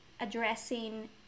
addressing